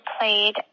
played